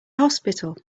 hospital